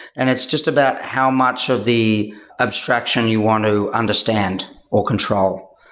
and it's just about how much of the abstraction you want to understand or control.